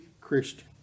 Christian